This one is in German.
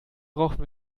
brauchen